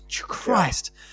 Christ